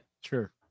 Sure